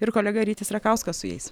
ir kolega rytis rakauskas su jais